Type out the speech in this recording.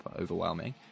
overwhelming